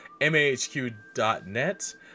mahq.net